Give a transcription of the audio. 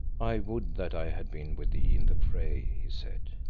i would that i had been with thee in the fray, he said.